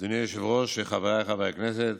אדוני היושב-ראש, חבריי חברי הכנסת,